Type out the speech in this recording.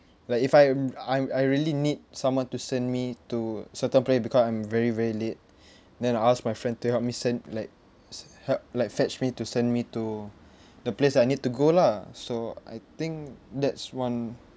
like if I am I'm I really need someone to send me to certain place because I'm very very late then I ask my friend to help me send like s~ help like fetch me to send me to the place that I need to go lah so I think that's one